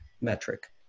metric